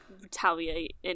retaliate